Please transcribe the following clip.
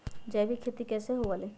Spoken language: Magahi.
जैविक खेती की हुआ लाई?